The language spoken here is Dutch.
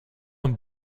een